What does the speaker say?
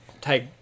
take